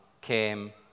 came